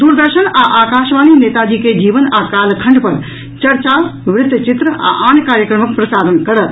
दूरदर्शन आ आकाशवाणी नेताजी के जीवन आ कालखण्ड पर चर्चा वृत्त चित्र आ आन कार्यक्रमक प्रसारण करत